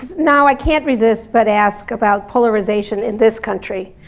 now, i can't resist but ask about polarization in this country.